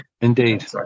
indeed